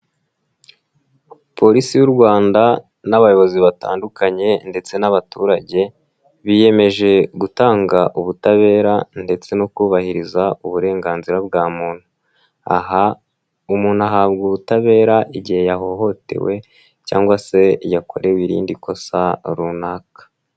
Polisi y'u Rwanda n'abayobozi batandukanye ndetse n'abaturage, biyemeje gutanga ubutabera ndetse no kubahiriza uburenganzira bwa muntu. Aha umuntu ahabwa ubutabera igihe yahohotewe, cyangwa se yakorewe irindi kosa runaka.